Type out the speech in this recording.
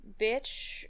bitch